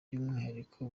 y’umwihariko